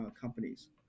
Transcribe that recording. companies